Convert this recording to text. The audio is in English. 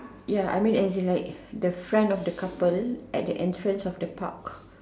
ya I mean as in like the front of the couple at the entrance of the park